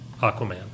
Aquaman